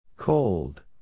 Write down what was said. Cold